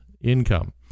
income